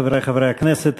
חברי חברי הכנסת,